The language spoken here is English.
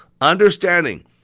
understanding